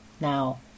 Now